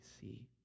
see